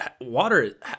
water